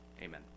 Amen